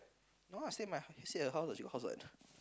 no ah same ah she stay at house she got house what